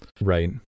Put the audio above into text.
Right